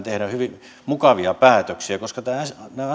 tehdä pelkästään mukavia päätöksiä koska tämä